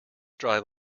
drive